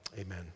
amen